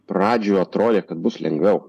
pradžioj atrodė kad bus lengviau